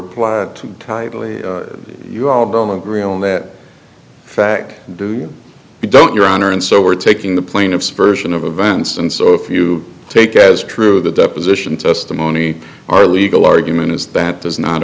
applied to tightly you all of them agree on that fact do you don't your honor and so we're taking the plaintiff's version of events and so if you take as true the deposition testimony our legal argument is that does not